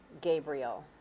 Gabriel